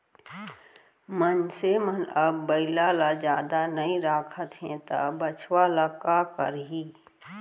मनसे मन अब बइला ल जादा नइ राखत हें त बछवा ल का करहीं